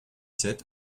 sept